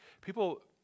people